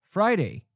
Friday